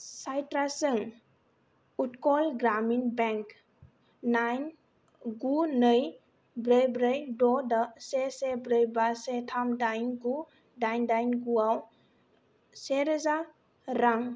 साइट्रासजों उट्कल ग्रामिन बेंक नाइन गु नै ब्रै ब्रै द' से से ब्रै बा से थाम दाइन गु दाइन दाइन गुआव सेरोजा रां